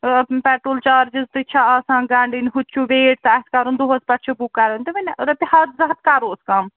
petrol charges تہِ چھےٚ آسان گَنٛڈٕنۍ ہُتہِ چھُ ویٹ تہِ اَسہِ کَرُن دۄہَس پٮ۪ٹھ چھُ بُک کَرٕنۍ تہٕ وۅنۍ اگر تۅہہِ ہَتھ زٕ ہَتھ کَرہوس کَم